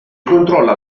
controlla